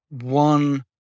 one